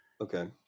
Okay